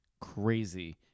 crazy